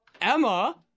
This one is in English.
Emma